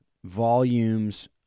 Volumes